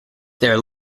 their